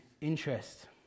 interest